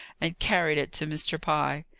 and carried it to mr. pye.